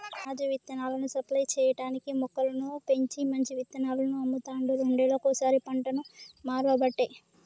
రాజు విత్తనాలను సప్లై చేయటానికీ మొక్కలను పెంచి మంచి విత్తనాలను అమ్ముతాండు రెండేళ్లకోసారి పంటను మార్వబట్టే